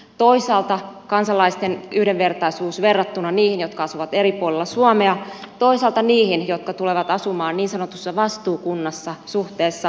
toisaalta kansalaisten yhdenvertaisuus verrattuna niihin jotka asuvat eri puolella suomea toisaalta niihin jotka tulevat asumaan niin sanotussa vastuukunnassa suhteessa renkikuntaan